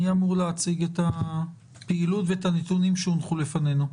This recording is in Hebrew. מי אמור להציג את הפעילות ואת הנתונים שיונחו בפנינו?